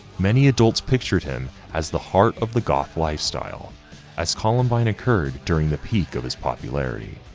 many adults pictured him as the heart of the goth lifestyle as columbine occurred during the peak of his popularity.